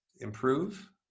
improve